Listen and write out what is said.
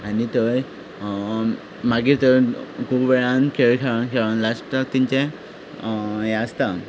आनी थंय मागीर थंय खूब वेळान खेळ खेळोन खेळोन लास्टाक तेंचे हें आसता